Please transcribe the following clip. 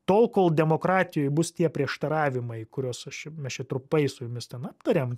tol kol demokratijoj bus tie prieštaravimai kuriuos aš čia mes čia trumpai su jumis ten aptarėm